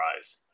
eyes